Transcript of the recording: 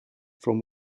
from